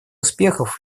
успехов